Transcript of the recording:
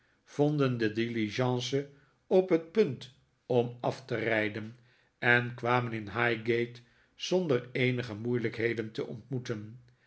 vonden de diligence op het punt om af te rijden en kwamen in highgate zonder eenige moeilijkheden te ontmoeten